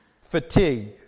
Fatigue